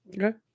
Okay